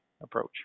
approach